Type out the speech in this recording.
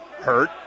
Hurt